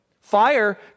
Fire